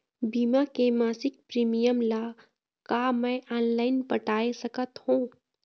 बीमा के मासिक प्रीमियम ला का मैं ऑनलाइन पटाए सकत हो?